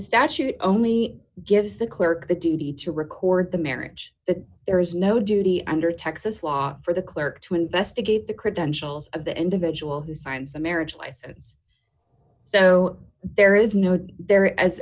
statute only gives the clerk the duty to record the marriage the there is no duty under texas law for the clerk to investigate the credentials of the individual who signs the marriage license so there is no doubt there as